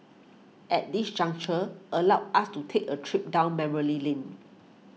at this juncture allow us to take a trip down memory lane